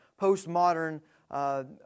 postmodern